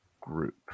group